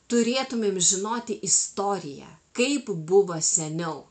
turėtumėm žinoti istoriją kaip buvo seniau